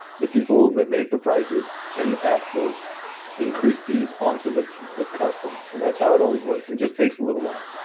the people that make the prices tend to pass those increased fees on to the the customer. and that's how it always works, it just takes a little while.